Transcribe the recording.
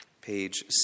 page